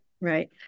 Right